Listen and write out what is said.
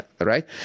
right